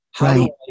right